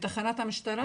בתחנת המשטרה?